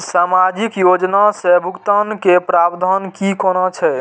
सामाजिक योजना से भुगतान के प्रावधान की कोना छै?